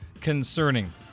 concerning